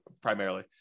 primarily